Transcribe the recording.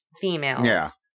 females